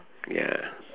ya